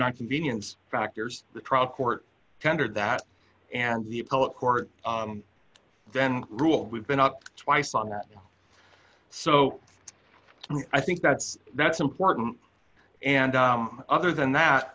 not convenience factors the trial court tendered that and the appellate court then rule we've been up twice on that so i think that's that's important and other than that